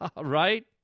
Right